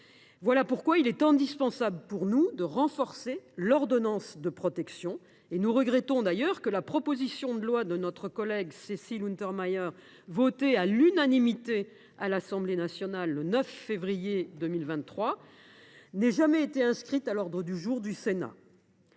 Il nous semble donc indispensable de renforcer l’ordonnance de protection. Nous regrettons à cet égard que la proposition de loi de notre collègue Cécile Untermaier, votée à l’unanimité à l’Assemblée nationale le 9 février 2023, n’ait jamais été inscrite à l’ordre du jour du Sénat,